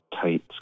tight